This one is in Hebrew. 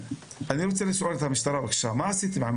אני רוצה לשאול את המשטרה בבקשה: מה עשיתם עם